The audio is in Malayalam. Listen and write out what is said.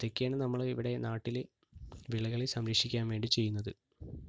ഇതൊക്കെയാണ് നമ്മൾ ഇവിടെ നാട്ടിലെ വിളകളെ സംരക്ഷിക്കാൻ വേണ്ടി ചെയ്യുന്നത്